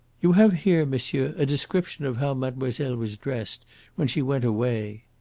you have here, monsieur, a description of how mademoiselle was dressed when she went away.